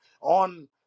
on